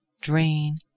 drain